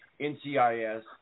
NCIS